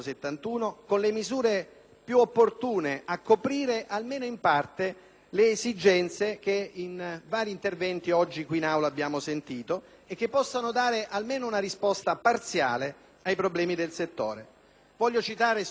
più opportune per coprire almeno in parte le esigenze che in vari interventi oggi in Aula abbiamo sentito e che possano dare almeno una risposta parziale ai problemi del settore. Voglio citare solo le più importanti: